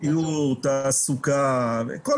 ואני חושבת שלגבי השאלות בעניין האפוטרופסות נכון